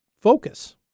focus